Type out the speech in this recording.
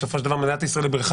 בסופו של דבר מדינת ישראל היא בריכה